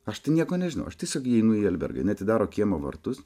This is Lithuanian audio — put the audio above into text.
aš tai nieko nežinau aš tiesiog įeinu į albergą jinai atidaro kiemo vartus